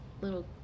little